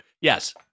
Yes